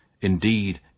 indeed